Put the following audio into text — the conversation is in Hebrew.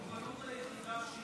אדוני היושב-ראש,